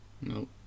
No